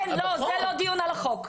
כן, זה לא דיון על החוק.